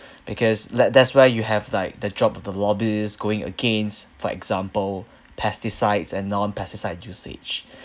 because like that's why you have like the job of the lobbyist going against for example pesticides and non-pesticide usage